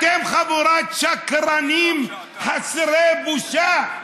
אתם חבורת שקרנים חסרי בושה,